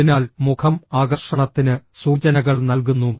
അതിനാൽ മുഖം ആകർഷണത്തിന് സൂചനകൾ നൽകുന്നു